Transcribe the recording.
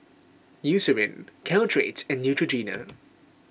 Eucerin Caltrate and Neutrogena